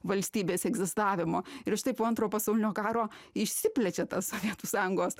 valstybės egzistavimo ir štai po antro pasaulinio karo išsiplečia tas sovietų sąjungos